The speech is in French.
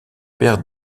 père